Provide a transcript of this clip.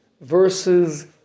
versus